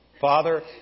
Father